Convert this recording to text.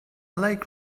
like